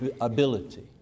ability